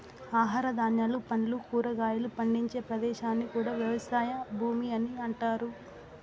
ఆహార ధాన్యాలు, పండ్లు, కూరగాయలు పండించే ప్రదేశాన్ని కూడా వ్యవసాయ భూమి అని అంటారు